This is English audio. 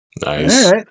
Nice